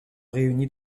réunis